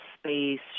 space